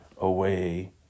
away